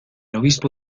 obispo